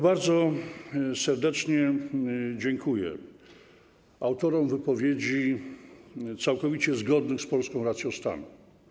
Bardzo serdecznie dziękuję autorom wypowiedzi całkowicie zgodnych z polską racją stanu.